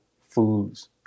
foods